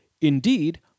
Indeed